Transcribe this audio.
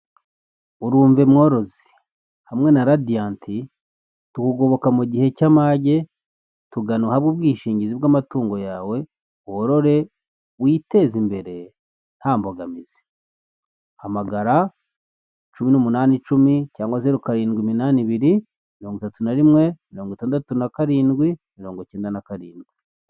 Urumve mworozi, hamwe na radiyanti tukugoboka mu gihe cy'amage, tugane uhabwe ubwishingizi bw'amatungo yawe, worore witeze imbere nta mbogamizi. Hamagara cumi n'umunani icumi, cyangwa zero karindwi iminani ibiri, mirongo itatu na rimwe, mirongo itandatu na karindwi, mirongo icyenda na karindwi.